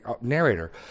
narrator